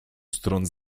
stron